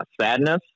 sadness